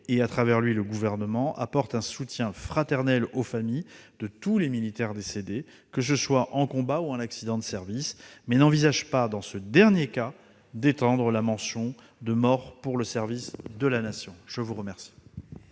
et, à travers lui, le Gouvernement -apporte un soutien fraternel aux familles de tous les militaires décédés, que ce soit en combat ou en accident de service. Toutefois, il n'envisage pas d'étendre à ce dernier cas l'attribution de la mention « mort pour le service de la Nation ». La parole